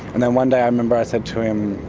and then one day i remember i said to him,